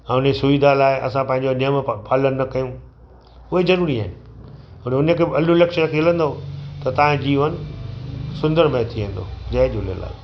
हा उन सुविधा लाइ असां पंहिंजो नेमु प पालन न कयूं उहे ज़रूरी आहिनि वरी उन खे बि अलू लक्ष्य रखे हलंदव त तव्हांजो जीवन सुंदरमय थी वेंदो जय झूलेलाल